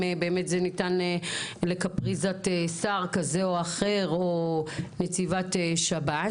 זה באמת תלוי בקפריזת שר כזה או אחר או נציבת שב"ס.